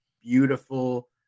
beautiful